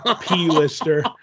P-lister